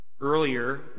Earlier